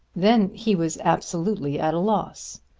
then he was absolutely at a loss.